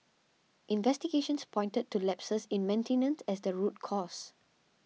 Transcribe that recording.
investigations pointed to lapses in maintenance as the root cause